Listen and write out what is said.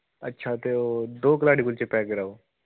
अच्छा ते ओह् दो कलाड़ी कुलचे पैक कराओ